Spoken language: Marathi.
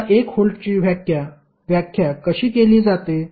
आता 1 व्होल्टची व्याख्या कशी केली जाते